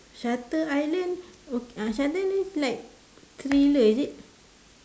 shutter island o~ uh shutter island like thriller is it